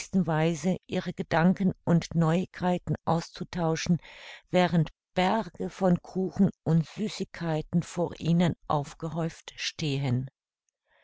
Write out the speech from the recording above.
ihre gedanken und neuigkeiten auszutauschen während berge von kuchen und süßigkeiten vor ihnen aufgehäuft stehen